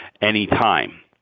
anytime